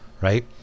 right